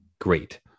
great